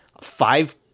five